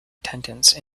attendance